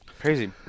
Crazy